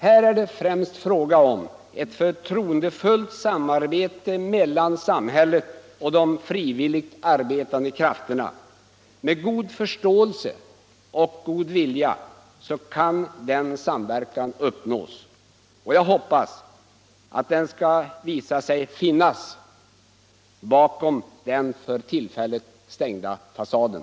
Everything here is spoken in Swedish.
Här är det främst fråga om ett förtroendefullt samarbete mellan samhället och de frivilligt arbetande krafterna. Med god förståelse och god vilja kan en sådan samverkan uppnås. Jag hoppas att den skall visa sig finnas bakom den för tillfället stängda fasaden.